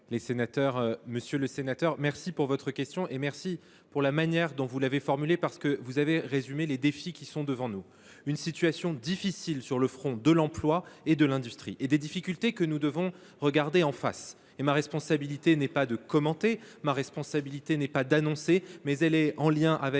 Monsieur le sénateur Daubet, je vous remercie de votre question et de la manière dont vous l’avez formulée, parce que vous avez résumé les défis qui sont devant nous, avec une situation difficile sur le front de l’emploi et de l’industrie et des difficultés que nous devons regarder en face. Ma responsabilité n’est pas de commenter, ma responsabilité n’est pas d’annoncer, mais elle est, en lien avec